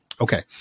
Okay